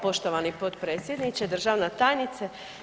Poštovani potpredsjedniče, državna tajnice.